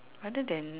rather than